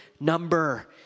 number